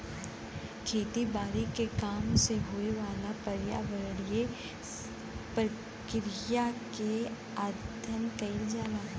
खेती बारी के काम में होए वाला पर्यावरणीय प्रक्रिया के अध्ययन कइल जाला